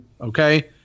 okay